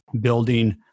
building